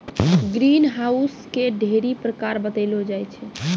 green house के ढ़ेरी प्रकार बतैलो जाय छै